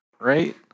Right